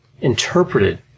interpreted